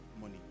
money